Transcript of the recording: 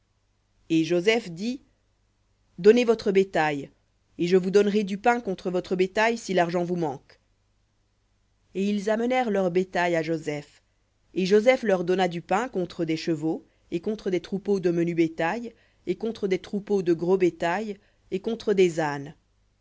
et joseph dit donnez votre bétail et je vous donnerai contre votre bétail si l'argent vous manque et ils amenèrent leur bétail à joseph et joseph leur donna du pain contre des chevaux et contre des troupeaux de menu bétail et contre des troupeaux de gros bétail et contre des ânes